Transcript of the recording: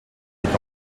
est